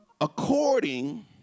according